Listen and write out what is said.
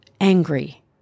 angry